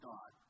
God